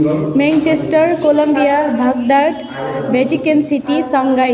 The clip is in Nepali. Manchester Columbia Baghdad Vatican City Shanghai